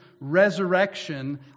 resurrection